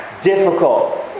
difficult